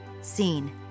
seen